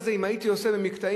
מתרשל?